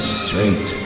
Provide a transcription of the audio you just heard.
straight